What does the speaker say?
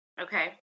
Okay